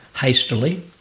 hastily